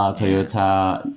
ah toyota,